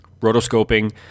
rotoscoping